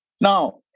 Now